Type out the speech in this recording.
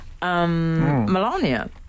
Melania